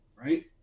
right